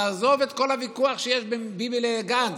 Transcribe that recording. תעזוב את כל הוויכוח שיש בין ביבי לגנץ.